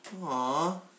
Aww